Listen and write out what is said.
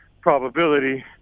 probability